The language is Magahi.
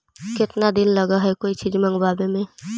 केतना दिन लगहइ कोई चीज मँगवावे में?